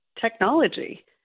technology